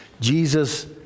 Jesus